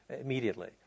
immediately